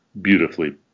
beautifully